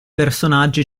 personaggi